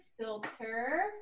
filter